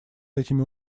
этими